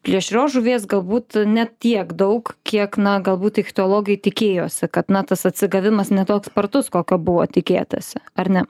plėšrios žuvies galbūt ne tiek daug kiek na galbūt ichtiologai tikėjosi kad na tas atsigavimas ne toks spartus kokio buvo tikėtasi ar ne